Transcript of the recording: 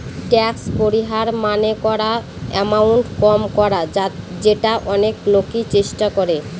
tax পরিহার মানে করা এমাউন্ট কম করা যেটা অনেক লোকই চেষ্টা করে